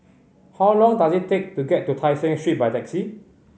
how long does it take to get to Tai Seng Street by taxi